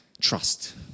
Trust